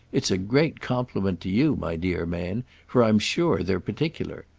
it's a great compliment to you, my dear man for i'm sure they're particular.